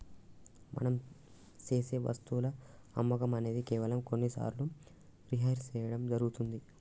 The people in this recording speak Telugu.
మనం సేసె వస్తువుల అమ్మకం అనేది కేవలం కొన్ని సార్లు రిహైర్ సేయడం జరుగుతుంది